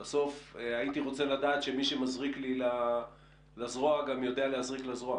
בסוף הייתי רוצה לדעת שמי שמזריק לי לזרוע יודע להזריק לזרוע.